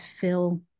fill